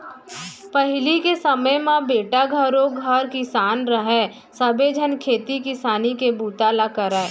पहिली के समे म बेटा घरों घर किसान रहय सबे झन खेती किसानी के बूता ल करयँ